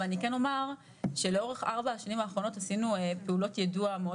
אבל אני כן אומר שלאורך ארבע שנים האחרונות עשינו פעולות יידוע מאוד